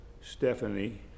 Stephanie